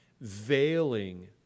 veiling